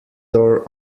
door